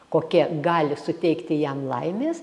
kokie gali suteikti jam laimės